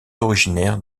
originaires